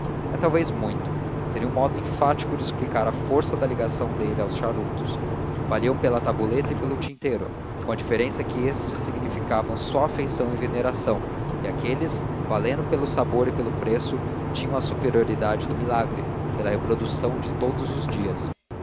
é talvez muito seria um modo enfático de explicar a força da ligação dele aos charutos valiam pela tabuleta e pelo tinteiro com a diferença que estes significavam só afeição e veneração e aqueles valendo pelo sabor e pelo preço tinham a superioridade do milagre pela reprodução de todos os dias